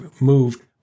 moved